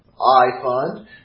I-Fund